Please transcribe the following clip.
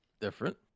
different